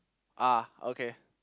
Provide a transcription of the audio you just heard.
ah okay